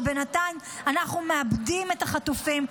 ובינתיים אנחנו מאבדים את החטופים,